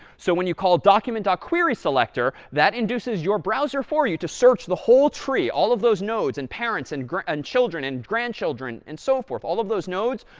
so when you call document queryselector, that induces your browser for you to search the whole tree, all of those nodes and parents and children and grandchildren and so forth all of those nodes,